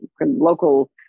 local